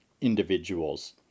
individuals